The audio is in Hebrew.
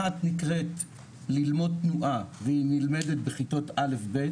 אחת נקראת 'ללמוד תנועה' והיא נלמדת בכיתות א'-ב'